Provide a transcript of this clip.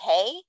okay